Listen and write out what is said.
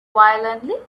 violently